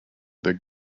the